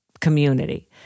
community